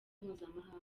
mpuzamahanga